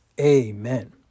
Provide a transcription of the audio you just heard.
Amen